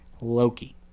Loki